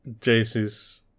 Jesus